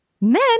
men